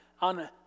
on